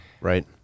Right